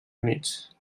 units